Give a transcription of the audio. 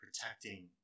protecting